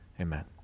Amen